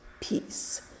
peace